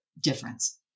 difference